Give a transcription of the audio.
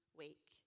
wake